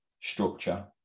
structure